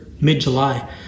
mid-july